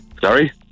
sorry